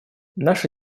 наша